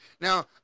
now